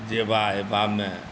जयबा अयबामे